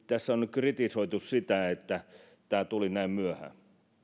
tässä on nyt kritisoitu sitä että tämä tuli näin myöhään